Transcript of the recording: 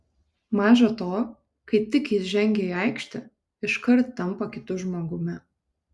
maža to kai tik jis žengia į aikštę iškart tampa kitu žmogumi